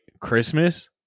Christmas